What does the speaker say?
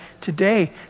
Today